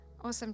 Awesome